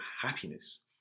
happiness